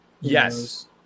Yes